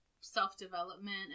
self-development